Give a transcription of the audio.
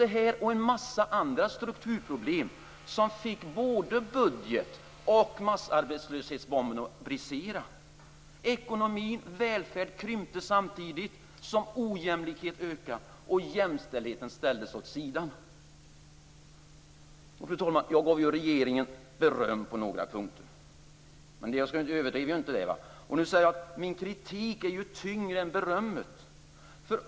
Detta och en massa andra strukturproblem fick både budget och massarbetslöshetsbomberna att brisera. Ekonomin och välfärden krympte samtidigt som ojämlikheten ökade och jämställdheten ställdes åt sidan. Fru talman! Jag gav regeringen beröm på några punkter, men jag överdrev inte. Min kritik är tyngre än berömmet.